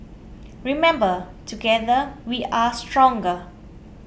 remember together we are stronger